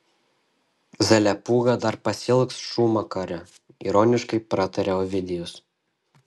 zalepūga dar pasiilgs šūmakario ironiškai pratarė ovidijus